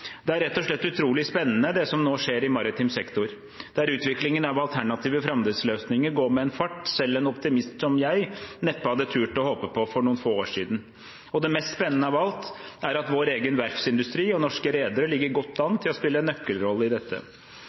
Det er rett og slett utrolig spennende, det som nå skjer i maritim sektor, der utviklingen av alternative framdriftsløsninger går med en fart selv en optimist som jeg neppe hadde turt å håpe på for noen få år siden. Det mest spennende av alt er at vår egen verftsindustri og norske redere ligger godt an til å spille en nøkkelrolle i dette.